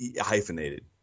hyphenated